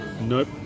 Nope